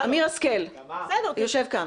אמיר השכל יושב כאן.